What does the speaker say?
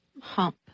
hump